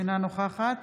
אינה נוכחת